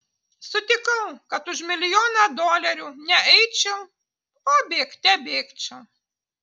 sutikau kad už milijoną dolerių ne eičiau o bėgte bėgčiau